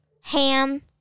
Ham